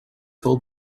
told